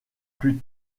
plus